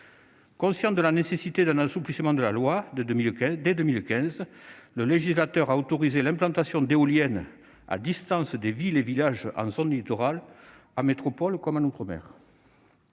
Conscient de la nécessité d'un assouplissement de la loi, dès 2015, le législateur a autorisé l'implantation d'éoliennes à distance des villes et villages en zone littorale, en métropole comme en outre-mer.